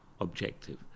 objective